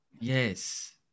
Yes